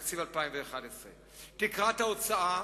תקציב 2011. תקרת ההוצאה,